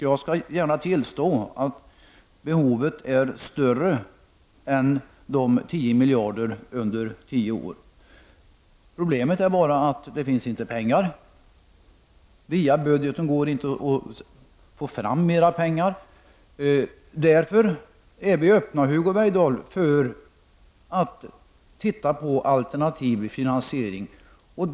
Jag skall gärna tillstå att behovet är större än de 10 miljarder under tio år som vi har föreslagit. Problemet är bara att det inte finns pengar. Via budgeten går det inte att få fram mera pengar. Därför är vi öppna, Hugo Bergdahl, för att titta på en alternativ finansiering.